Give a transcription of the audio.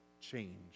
change